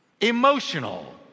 Emotional